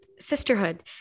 sisterhood